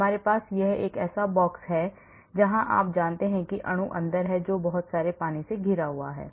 हमारे पास बॉक्स है जहाँ आप जानते हैं कि अणु अंदर है जो बहुत सारे पानी से घिरा हुआ है